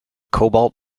cobalt